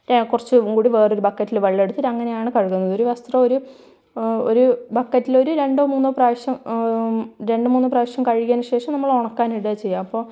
കുറച്ചും കൂടി വേറെ ഒരു ബക്കറ്റിൽ വെള്ളം എടുത്തിട്ട് അങ്ങനെയാണ് കഴുകുന്നത് ഒരു വസ്ത്രം ഒരു ഒരു ബക്കറ്റിൽ ഒരു രണ്ടോ മൂന്നോ പ്രാവശ്യം രണ്ടു മൂന്നു പ്രാവശ്യം കഴുകിയതിനു ശേഷം നമ്മൾ ഉണക്കാൻ ഇടുക ചെയ്യുക അപ്പോൾ